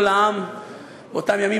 באותם ימים,